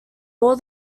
all